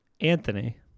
anthony